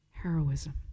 Heroism